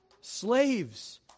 Slaves